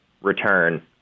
return